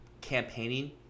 campaigning